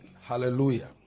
Hallelujah